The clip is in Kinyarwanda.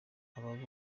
aba